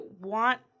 want